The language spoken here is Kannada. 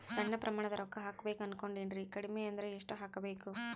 ಸಣ್ಣ ಪ್ರಮಾಣದ ರೊಕ್ಕ ಹಾಕಬೇಕು ಅನಕೊಂಡಿನ್ರಿ ಕಡಿಮಿ ಅಂದ್ರ ಎಷ್ಟ ಹಾಕಬೇಕು?